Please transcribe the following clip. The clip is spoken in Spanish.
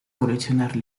coleccionar